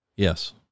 Yes